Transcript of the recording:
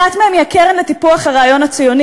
אחת מהן היא הקרן לטיפוח הרעיון הציוני.